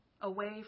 Away